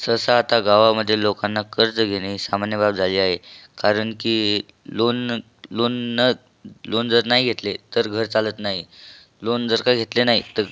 सहसा आता गावामध्ये लोकांना कर्ज घेणे सामान्य बाब झाली आहे कारण की लोन लोन न लोन जर नाही घेतले तर घर चालत नाही लोन जर का घेतले नाही तर